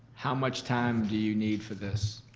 how much time do you need for this?